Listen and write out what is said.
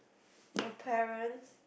my parents